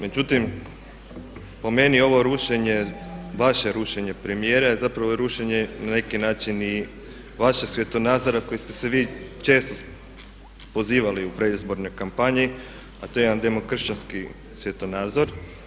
Međutim, po meni je ovo rušenje, vaše rušenje premijera je zapravo rušenje na neki način i vašeg svjetonazora na koji ste se vi često pozivali u predizbornoj kampanji, a to je jedan demokršćanski svjetonazor.